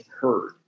heard